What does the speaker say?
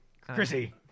Chrissy